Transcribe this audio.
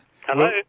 Hello